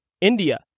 India